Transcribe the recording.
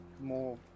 more